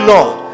Lord